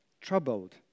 troubled